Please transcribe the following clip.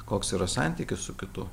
koks yra santykis su kitu